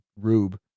rube